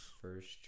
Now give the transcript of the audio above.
first